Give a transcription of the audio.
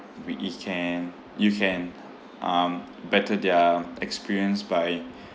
we it can you can um better their experience by